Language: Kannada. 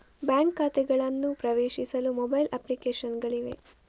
ಬ್ಯಾಂಕ್ ಖಾತೆಗಳನ್ನು ಪ್ರವೇಶಿಸಲು ಮೊಬೈಲ್ ಅಪ್ಲಿಕೇಶನ್ ಗಳಿವೆ